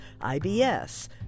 IBS